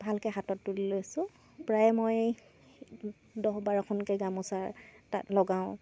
ভালকৈ হাতত তুলি লৈছোঁ প্ৰায় মই দহ বাৰখনকৈ গামোচা তাঁত লগাওঁ